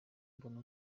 mbona